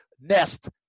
nest